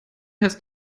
heißt